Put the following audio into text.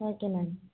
okay ma'am